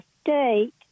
State